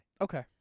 Okay